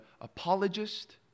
apologist